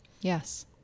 Yes